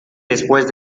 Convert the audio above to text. después